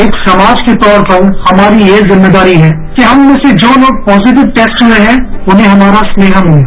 एक समाज के तौर पर हमारी ये जिम्मेदारी है कि हम में से जो लोग पॉजिटिव टेस्ट हुए हैं उन्हें हमारा स्नेह मिले